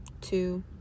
two